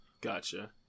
Gotcha